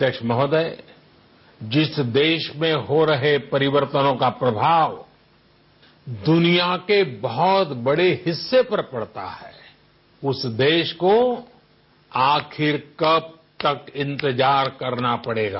अध्यक्ष महोदय जिस देश में हो रहे परिवर्तनों का प्रभाव ं दुनिया के बहत बड़े हिस्से पर पड़ता है उस देश को आखिर कब तक इन्तजार करना पड़ेगा